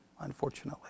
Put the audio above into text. unfortunately